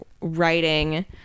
writing